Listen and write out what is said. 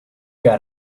got